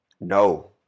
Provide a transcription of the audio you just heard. No